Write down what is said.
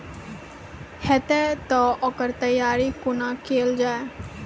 हेतै तअ ओकर तैयारी कुना केल जाय?